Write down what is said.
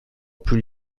plus